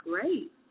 great